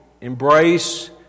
embrace